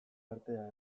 artea